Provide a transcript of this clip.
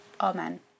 Amen